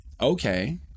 okay